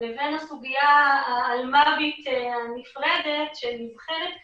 לבין סוגיה האלמ"בית הנפרדת שנבחנת כרגע,